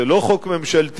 זה לא חוק ממשלתי,